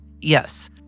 Yes